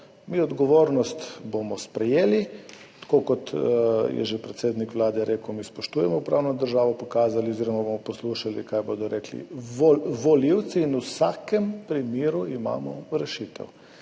odgovornost sprejeli, tako kot je že predsednik Vlade rekel, mi spoštujemo pravno državo, pokazali oziroma poslušali bomo, kaj bodo rekli volivci, in v vsakem primeru imamo rešitev.